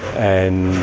and